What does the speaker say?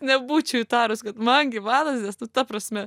nebūčiau įtarus kad man gyvalazdės nu ta prasme